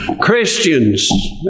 Christians